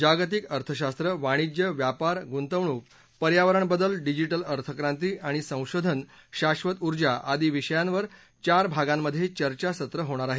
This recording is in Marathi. जागतिक अर्थशास्त्र वाणिज्य व्यापार गुंतवणूक पर्यावरण बदल डिजिटल अर्थक्रांती आणि संशोधन शाश्वत ऊर्जा आदी विषयांवर चार भागांमधे चर्चासत्र होणार आहेत